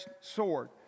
sword